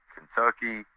Kentucky